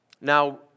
Now